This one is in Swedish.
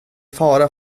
fara